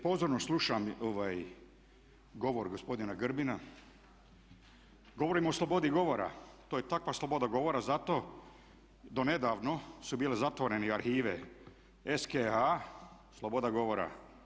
Pozorno slušam govor gospodina Grbina, govorimo o slobodi govora, to je takva sloboda govora zato do nedavno su bile zatvorene arhive SKH, sloboda govora.